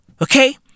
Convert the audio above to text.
Okay